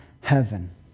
heaven